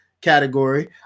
category